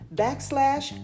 backslash